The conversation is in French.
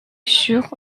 sur